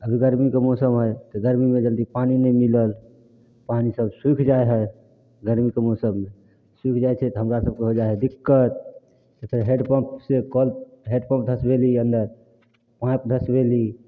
अभी गर्मीके मौसम हइ तऽ गर्मीमे जल्दी पानि नहि मिलल पानि सब सुखि जाइ हइ गर्मीके मौसममे सुखि जाइ छै तऽ हमरा सबके हो जाइ हइ दिक्कत तऽ फेर हेडपम्पसँ कल हेडपम्प धसबेली अन्दर पाइप धसबेली